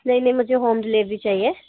नहीं नहीं मुझे होम दिलेवरी चाहिए